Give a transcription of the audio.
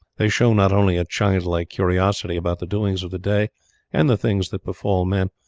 they show not only a childlike curiosity about the doings of the day and the things that befall men,